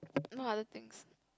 no other things